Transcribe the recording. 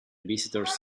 visitors